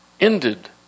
ended